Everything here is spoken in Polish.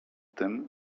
tym